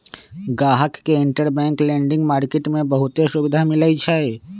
गाहक के interbank lending market में बहुते सुविधा मिलई छई